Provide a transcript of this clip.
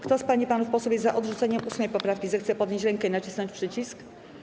Kto z pań i panów posłów jest za odrzuceniem 8. poprawki, zechce podnieść rękę i nacisnąć przycisk.